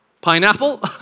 pineapple